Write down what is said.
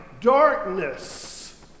Darkness